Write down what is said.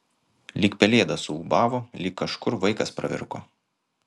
lyg pelėda suūbavo lyg kažkur vaikas pravirko